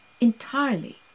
entirely